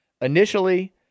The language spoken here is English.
Initially